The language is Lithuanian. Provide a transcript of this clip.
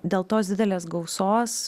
dėl tos didelės gausos